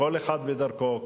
כל אחד בדרכו,